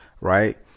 Right